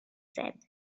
said